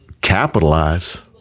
capitalize